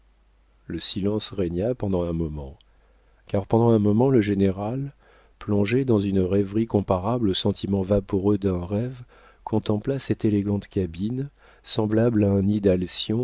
le silence régna pendant un moment car pendant un moment le général plongé dans une rêverie comparable au sentiment vaporeux d'un rêve contempla cette élégante cabine semblable à un nid